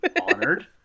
honored